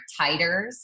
titers